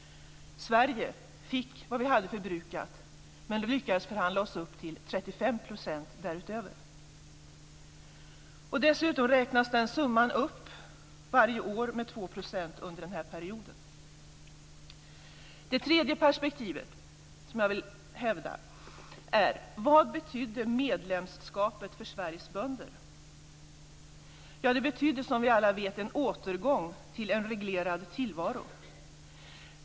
Vi i Sverige fick vad vi hade förbrukat men vi lyckades förhandla oss upp till 35 % därutöver. Dessutom räknas summan upp varje år med 2 % under den här perioden. Det tredje perspektivet: Vad betydde medlemskapet för Sveriges bönder? Ja, det betydde, som vi alla vet, en återgång till en reglerad tillvaro.